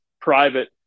private